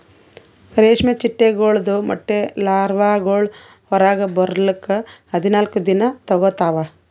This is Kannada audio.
ರೇಷ್ಮೆ ಚಿಟ್ಟೆಗೊಳ್ದು ಮೊಟ್ಟೆ ಲಾರ್ವಾಗೊಳ್ ಹೊರಗ್ ಬರ್ಲುಕ್ ಹದಿನಾಲ್ಕು ದಿನ ತೋಗೋತಾವ್